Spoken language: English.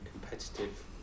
competitive